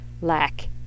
lack